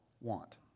want